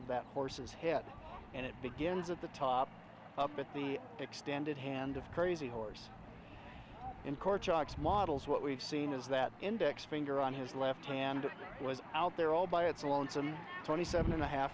that horse's head and it begins at the top up at the extended hand of crazy horse in court chuck's models what we've seen is that index finger on his left hand was out there all by its lonesome twenty seven and a half